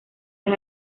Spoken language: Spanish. las